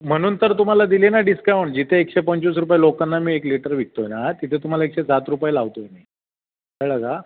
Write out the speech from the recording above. म्हणून तर तुम्हाला दिले ना डिस्काऊण जिथे एकशे पंचवीस रुपये लोकांना मी एक लिटर विकत आहे ना तिथे तुम्हाला एकशे सात रुपये लावत आहे मी कळलं का